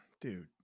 Dude